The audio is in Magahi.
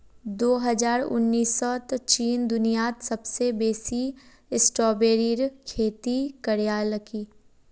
दो हजार उन्नीसत चीन दुनियात सबसे बेसी स्ट्रॉबेरीर खेती करयालकी